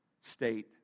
state